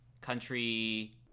Country